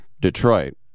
Detroit